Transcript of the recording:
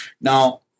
Now